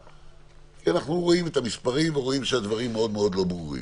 אנחנו רואים את המספרים ורואים שהדברים מאוד מאוד לא ברורים.